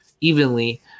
evenly